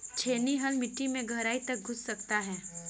छेनी हल मिट्टी में गहराई तक घुस सकता है